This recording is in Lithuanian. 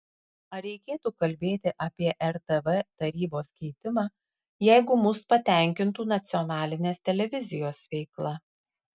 ar reikėtų kalbėti apie rtv tarybos keitimą jeigu mus patenkintų nacionalinės televizijos veikla